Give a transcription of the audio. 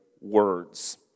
words